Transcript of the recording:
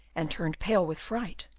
and turned pale with fright.